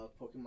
Pokemon